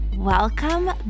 Welcome